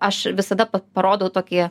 aš visada parodau tokį